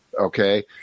okay